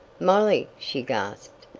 molly! she gasped.